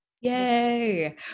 Yay